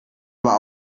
aber